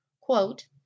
quote